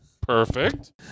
Perfect